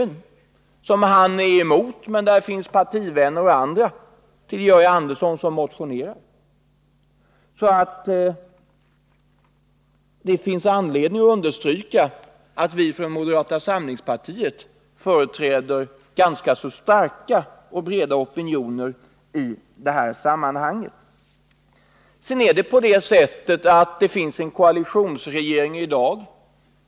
Han är emot en sådan utbyggnad, men det finns partivänner till Georg Andersson som motionerat för en sådan. Det finns alltså anledning att understryka att vi från moderata samlingspartiet företräder ganska så starka och breda opinioner i de här sammanhangen. Sedan har vi en koalitionsregering i dag.